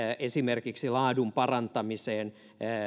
esimerkiksi laadun parantamiseen